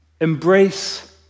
Embrace